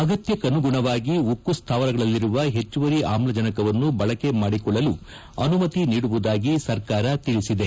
ಅಗತ್ವಕ್ಷನುಗುಣವಾಗಿ ಉಕ್ಕು ಸ್ಮಾವರಗಳಲ್ಲಿರುವ ಪೆಚ್ಚುವರಿ ಆಮ್ಲಜನವನ್ನು ಬಳಕೆ ಮಾಡಿಕೊಳ್ಳಲು ಅನುಮತಿ ನೀಡುವುದಾಗಿ ಸರ್ಕಾರ ತಿಳಿಸಿದೆ